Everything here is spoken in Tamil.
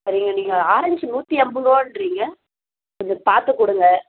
சரிங்க நீங்கள் ஆரெஞ்ச் நூற்றி எம்பதுருபான்றீங்க கொஞ்சம் பார்த்து கொடுங்க